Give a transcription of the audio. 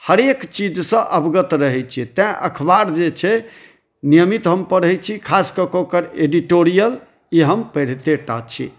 हरेक चीजसँ अवगत रहै छियै तैँ अखबार जे छै नियमित हम पढ़ै छी खास कए कऽ ओकर एडिटोरियलके हम पढ़िते टा छी